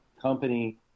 company